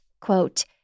quote